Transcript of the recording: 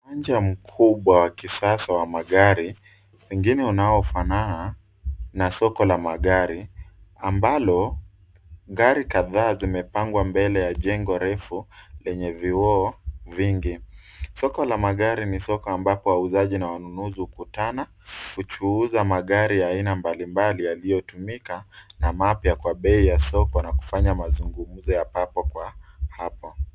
Uwanja mkubwa wa kisasa wa magari mengine unaofanana na soko la magari, ambalo gari kadhaa zimepangwa mbele ya jengo refu lenye vioo vingi. Soko la magari ni soko ambapo wauzaji na wanunuzu hukutana kuchuuza magari ya aina mbalimbali yaliyotumika na mapya kwa bei ya soko na kufanya mazungumzo ya papo kwa hapo.